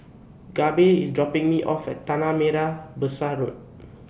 Gabe IS dropping Me off At Tanah Merah Besar Road